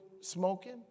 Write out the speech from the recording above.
smoking